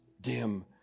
dim